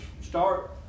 start